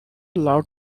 loud